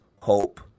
hope